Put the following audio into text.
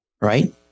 Right